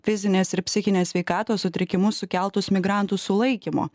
fizinės ir psichinės sveikatos sutrikimus sukeltus migrantų sulaikymo